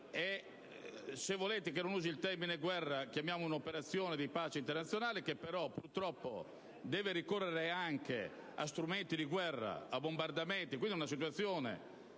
Se volete che non usi il termine «guerra», potrei definirla un'operazione di pace internazionale che però purtroppo deve ricorrere anche a strumenti di guerra, a bombardamenti e così via. Per tale situazione